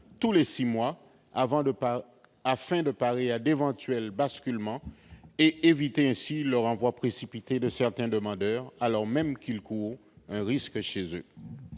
tous les six mois afin de parer à d'éventuels basculements et d'éviter le renvoi précipité de certains demandeurs alors même qu'ils courent un risque chez eux.